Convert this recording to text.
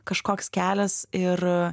kažkoks kelias ir